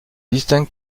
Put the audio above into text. distingue